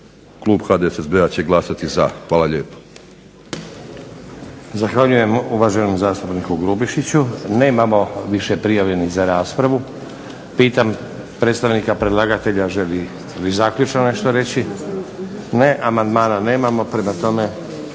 Klub HDSSB-a će glasati za. Hvala lijepo. **Stazić, Nenad (SDP)** Zahvaljujem uvaženom zastupniku Grubišiću. Nemamo više prijavljenih za raspravu. Pitam predstavnika predlagatelja želi li zaključno nešto reći? Ne. Amandmana nemamo, prema tome